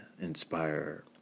inspire